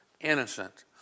innocent